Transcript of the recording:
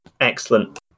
Excellent